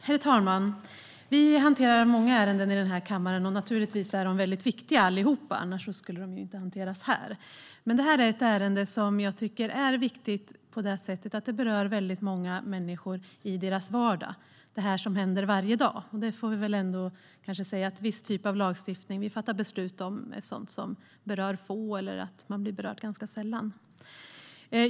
Herr talman! Vi hanterar många ärenden här i kammaren. Naturligtvis är alla viktiga, för annars skulle de inte hanteras här. Men detta ärende tycker jag är viktigt på det sättet att det berör väldigt många människor i deras vardag, det som händer varje dag. Vi får väl ändå säga att viss typ av lagstiftning som vi fattar beslut om gäller sådant som berör få eller att man blir berörd ganska sällan.